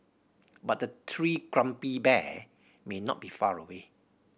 but the three grumpy bear may not be far away